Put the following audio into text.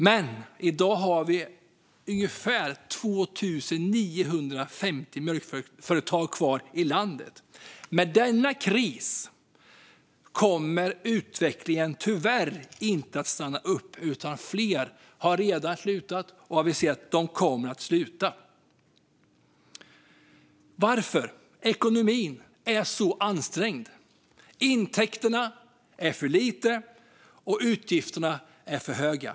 I dag har vi ungefär 2 950 mjölkföretag kvar i landet. Med denna kris kommer utvecklingen tyvärr inte att stanna upp. Fler har redan slutat eller aviserat att de kommer att sluta. Varför? Därför att ekonomin är så ansträngd. Intäkterna är för små och utgifterna för stora.